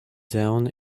down